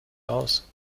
aus